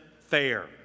fair